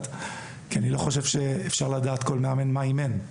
כי אני לא חושב שאפשר לדעת מה כל מאמן אימן,